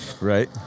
Right